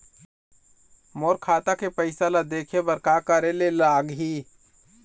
मोर खाता के पैसा ला देखे बर का करे ले लागही?